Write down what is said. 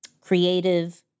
creative